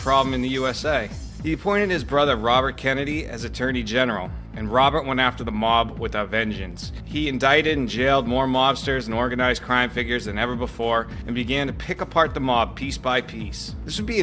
problem in the usa the point of his brother robert kennedy as attorney general and robert went after the mob with a vengeance he indicted and jailed more mobsters and organized crime figures than ever before and began to pick apart the mob piece by piece this would be